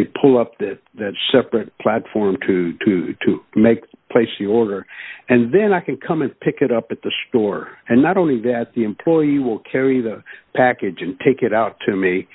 they pull up that that separate platform to do to make place the order and then i can come and pick it up at the store and not only that the employee will carry the package and take it out to me